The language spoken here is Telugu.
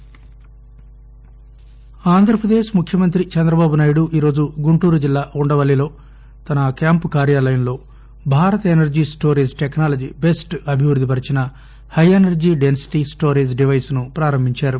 ఎపి సీఎం ఆంధ్రప్రదేశ్ ముఖ్యమంత్రి చంద్రబాబునాయుడు ఈరోజు గుంటూరు జిల్లా ఉండవల్లిలో తన క్యాంపు కార్యాలయంలో Bharat energy storage technology BEST అభివృద్ది పరచిన హై ఎనర్లీ డెన్సిటీ స్టోరేజ్ డివైస్ను ప్రారంభించారు